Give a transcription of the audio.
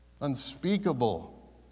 unspeakable